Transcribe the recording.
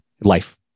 life